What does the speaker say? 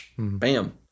Bam